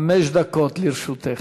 חמש דקות לרשותך.